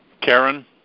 Karen